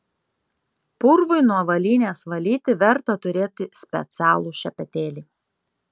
purvui nuo avalynės valyti verta turėti specialų šepetėlį